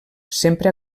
sempre